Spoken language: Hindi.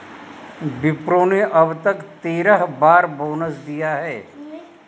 विप्रो ने अब तक तेरह बार बोनस दिया है